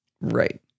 Right